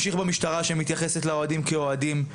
במשטרה, שמתייחסת לאוהדים כאוהדים.